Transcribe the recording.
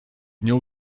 nią